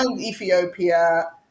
Ethiopia